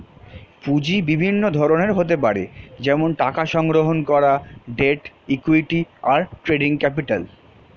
পুঁজি বিভিন্ন ধরনের হতে পারে যেমন টাকা সংগ্রহণ করা, ডেট, ইক্যুইটি, আর ট্রেডিং ক্যাপিটাল